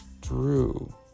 Drew